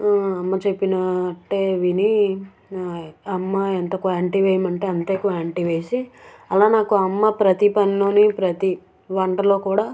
అమ్మ చెప్పినట్టే వినీ అమ్మ ఎంత క్వాంటిటీ వేయమంటే అంతే క్వాంటిటీ వేసి అలా నాకు అమ్మ ప్రతి పనులోని ప్రతి వంటలో కూడా